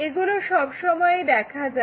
এগুলোকে সব সময়ই দেখা যায়